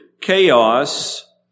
chaos